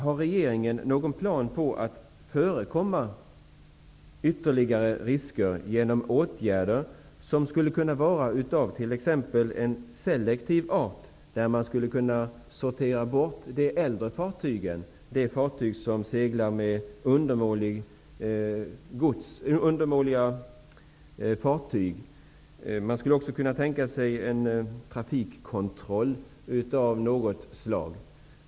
Har regeringen några planer på att förekomma ytterligare risker genom exempelvis åtgärder av selektiv art, där man skulle kunna sortera bort de äldre fartygen? Det gäller här undermåliga fartyg. Man skulle också kunna tänka sig en trafikkontroll av något slag.